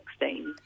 2016